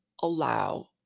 allow